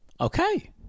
okay